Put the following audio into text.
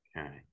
Okay